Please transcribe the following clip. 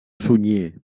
sunyer